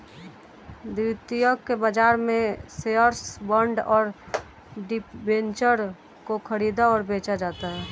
द्वितीयक बाजार में शेअर्स, बॉन्ड और डिबेंचर को ख़रीदा और बेचा जाता है